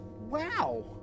Wow